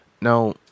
Now